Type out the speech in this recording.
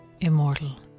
immortal